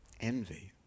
envy